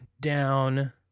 down